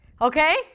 okay